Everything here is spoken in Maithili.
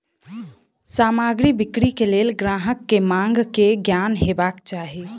सामग्री बिक्री के लेल ग्राहक के मांग के ज्ञान हेबाक चाही